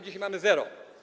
Dzisiaj mamy zero.